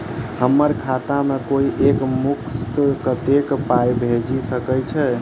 हम्मर खाता मे कोइ एक मुस्त कत्तेक पाई भेजि सकय छई?